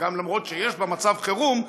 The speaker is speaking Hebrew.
למרות שיש בה מצב חירום,